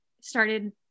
started